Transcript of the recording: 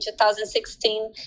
2016